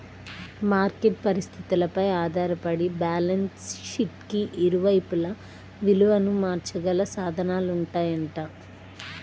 market పరిస్థితులపై ఆధారపడి balance షీట్కి ఇరువైపులా విలువను మార్చగల సాధనాలుంటాయంట